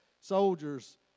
soldiers